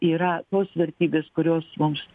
yra tos vertybės kurios mums